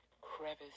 crevice